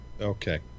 Okay